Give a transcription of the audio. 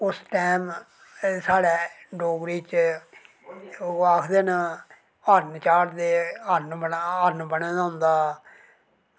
उस टाईम साढ़े एह् डोगरें च ओह् आखदे न हरण चाढ़दे हरण बने दा होंदा